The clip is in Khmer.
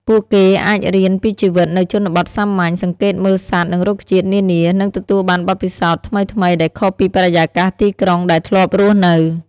ពួកគេអាចរៀនពីជីវិតនៅជនបទសាមញ្ញ សង្កេតមើលសត្វនិងរុក្ខជាតិនានា និងទទួលបានបទពិសោធន៍ថ្មីៗដែលខុសពីបរិយាកាសទីក្រុងដែលធ្លាប់រស់នៅ។